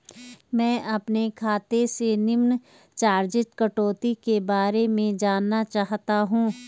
मैं अपने खाते से निम्न चार्जिज़ कटौती के बारे में जानना चाहता हूँ?